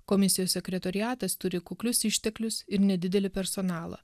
komisijos sekretoriatas turi kuklius išteklius ir nedidelį personalą